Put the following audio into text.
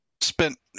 spent